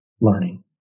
learning